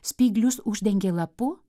spyglius uždengė lapu